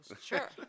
Sure